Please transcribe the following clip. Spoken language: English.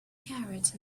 carrots